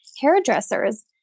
hairdressers